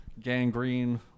gangrene